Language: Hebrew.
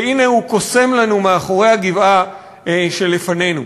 שהנה הוא קוסם לנו מאחורי הגבעה שלפנינו,